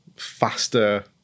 faster